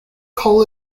call